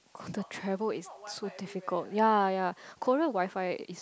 the travel is so difficult ya ya Korean WiFi is